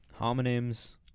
Homonyms